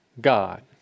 God